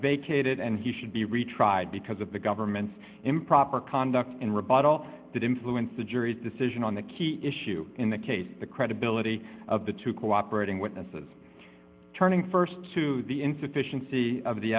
vacated and he should be retried because of the government's improper conduct in rebuttal that influenced the jury's decision on the key issue in the case the credibility of the two cooperating witnesses turning st to the insufficiency of the